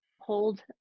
hold